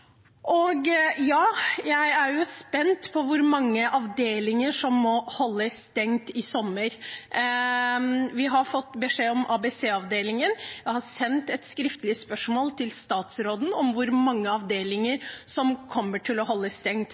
Og ja – jeg er spent på hvor mange avdelinger som må holde stengt i sommer. Vi har fått beskjed om ABC-avdelingen. Jeg har sendt et skriftlig spørsmål til statsråden om hvor mange avdelinger som kommer til å holde stengt,